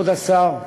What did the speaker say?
כבוד השר,